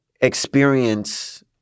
experience